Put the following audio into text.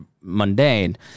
mundane